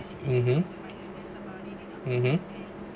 mmhmm mmhmm